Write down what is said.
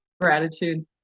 gratitude